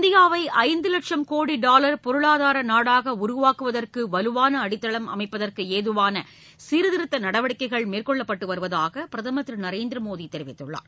இந்தியாவை ஐந்து வட்சம் கோடி டாவர் பொருளாதார நாடாக உருவாக்குவதற்கு வலுவான அடித்தளம் அமைப்பதற்கு ஏதுவாள சீர்திருத்த நடவடிக்கைகள் மேற்கொள்ளப்பட்டு வருவதாக பிரதம் திரு நரேந்திரமோடி தெரிவித்துள்ளார்